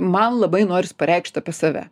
man labai noris pareikšt apie save